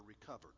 recovered